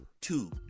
Two